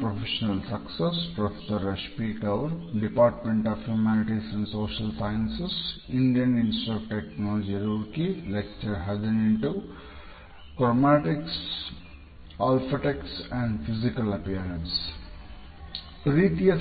ಪ್ರೀತಿಯ